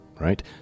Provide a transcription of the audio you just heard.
right